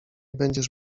będziesz